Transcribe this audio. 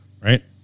right